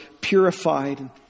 purified